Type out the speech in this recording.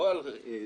ולא על זה.